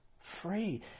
free